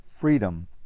Freedom